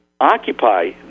occupy